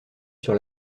sur